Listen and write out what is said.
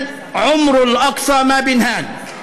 מאוחדת) מה הייתה התשובה?